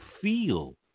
feel